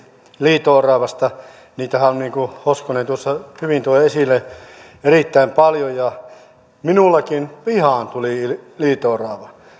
liito oravasta niitähän on niin kuin hoskonen hyvin toi esille erittäin paljon minullakin pihaan tuli liito orava